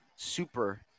Super